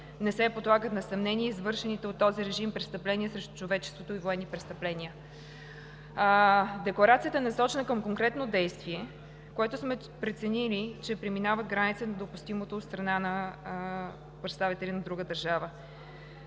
Не се подлагат на съмнение извършените от този режим престъпления срещу човечеството и военни престъпления. Декларацията е насочена към конкретно действие, което сме преценили, че преминава границата на допустимото от страна на представители на друга държава.